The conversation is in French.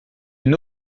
une